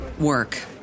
work